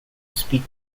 speak